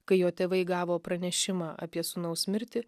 kai jo tėvai gavo pranešimą apie sūnaus mirtį